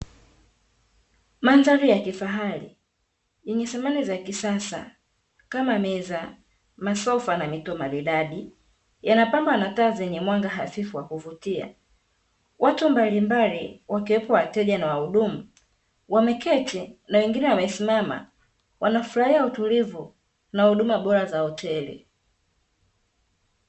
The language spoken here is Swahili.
Mandhari ya kifahari yenye samani za kisasa kama: meza, masofa na mito maridadi; yanapambwa na taa hafifu za kuvutia. Watu mbalimbali wakiwemo wateja na wahudumu, wameketi na wengine wamesimama wanafurahia utulivu na huduma bora za hoteli.